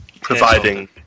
providing